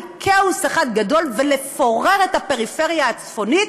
כאוס אחד גדול ולפורר את הפריפריה הצפונית,